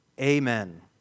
Amen